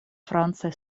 francaj